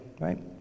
right